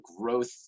growth